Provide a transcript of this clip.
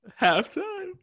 Halftime